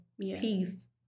Peace